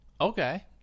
Okay